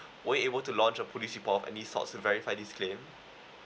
would you able to launch a police report any sorts to verify this claim